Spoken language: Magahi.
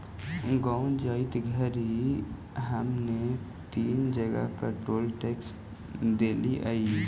गाँव जाइत घड़ी हमनी तीन जगह पर टोल टैक्स देलिअई